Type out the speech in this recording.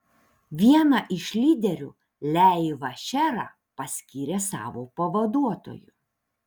vieną iš lyderių leivą šerą paskyrė savo pavaduotoju